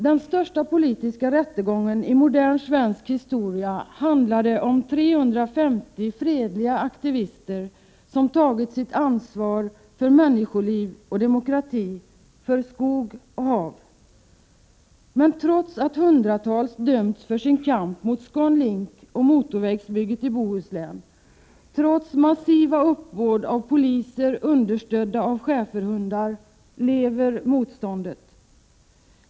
Den största politiska rättegången i modern svensk historia handlade om 350 fredliga aktivister som tog sitt ansvar för människoliv och demokrati, för skog och hav. Trots att hundratals dömts för sin kamp mot ScanLink och motorvägsbygget i Bohuslän och trots massiva uppbåd av poliser understödda av schäferhundar, lever motståndet.